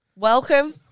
Welcome